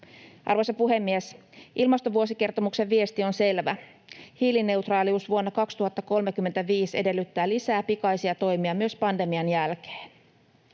Arvoisa puhemies! Ilmastovuosikertomuksen viesti on selvä: hiilineutraalius vuonna 2035 edellyttää lisää pikaisia toimia myös pandemian jälkeen.